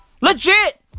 Legit